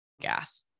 gas